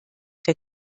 der